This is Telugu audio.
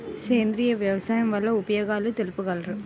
సేంద్రియ వ్యవసాయం వల్ల ఉపయోగాలు తెలుపగలరు?